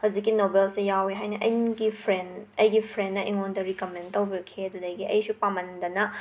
ꯍꯖꯤꯛꯀꯤ ꯅꯣꯕꯦꯜꯁꯦ ꯌꯥꯎꯋꯦ ꯍꯥꯏꯅ ꯑꯩꯒꯤ ꯐ꯭ꯔꯦꯟ ꯑꯩꯒꯤ ꯐ꯭ꯔꯦꯟꯅ ꯑꯩꯉꯣꯟꯗ ꯔꯤꯀꯃꯦꯟ ꯇꯧꯕꯤꯔꯛꯈꯤ ꯑꯗꯨꯗꯒꯤ ꯑꯩꯁꯨ ꯄꯥꯝꯃꯟꯗꯅ